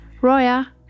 Roya